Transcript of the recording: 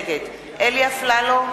נגד אלי אפללו,